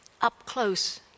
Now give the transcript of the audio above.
up-close